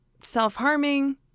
self-harming